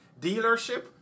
dealership